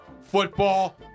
Football